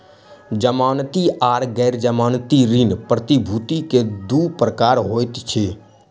जमानती आर गैर जमानती ऋण प्रतिभूति के दू प्रकार होइत अछि